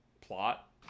plot